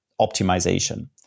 optimization